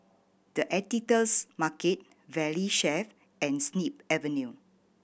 The Editor's Market Valley Chef and Snip Avenue